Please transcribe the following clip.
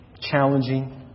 challenging